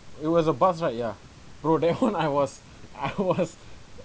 it was a bus right ya bro that one I was I was